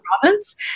province